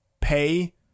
pay